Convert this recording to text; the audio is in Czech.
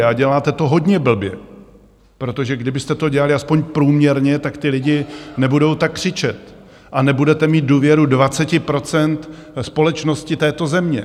A děláte to hodně blbě, protože kdybyste to dělali alespoň průměrně, tak ti lidé nebudou tak křičet a nebudete mít důvěru 20 % společnosti této země.